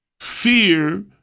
Fear